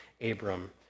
Abram